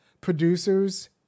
producers